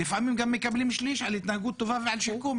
לפעמים גם מקבלים שליש על התנהגות טובה ועל שיקום,